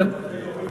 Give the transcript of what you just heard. זה נראה מאוד לא טוב,